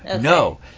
No